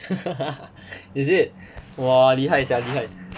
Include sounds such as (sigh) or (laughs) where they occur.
(laughs) is it !wah! 厉害 sia 厉害